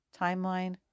timeline